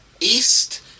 east